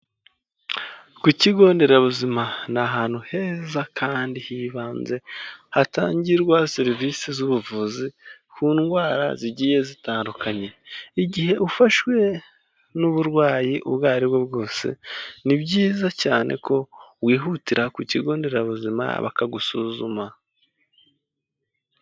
Ku kigo nderabuzima ni ahantu heza kandi hibanze hatangirwa serivisi z'ubuvuzi ku ndwara zigiye zitandukanye, igihe ufashwe n'uburwayi ubwo aribwo bwose ni byiza cyane ko wihutira ku kigo nderabuzima bakagusuzuma.